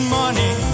money